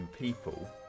people